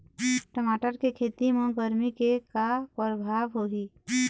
टमाटर के खेती म गरमी के का परभाव होही?